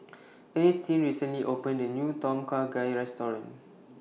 Earnestine recently opened A New Tom Kha Gai Restaurant